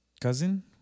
cousin